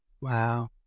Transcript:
wow